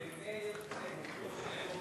דב חנין בהצעה הקודמת.